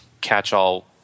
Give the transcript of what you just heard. catch-all